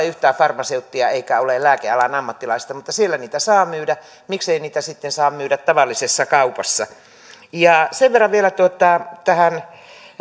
yhtään farmaseuttia eikä ole lääkealan ammattilaista mutta siellä niitä saa myydä miksei niitä sitten saa myydä tavallisessa kaupassa sen verran vielä tähän